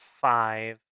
five